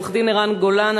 לעורך-דין ערן גולן,